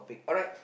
alright